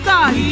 God